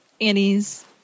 Annie's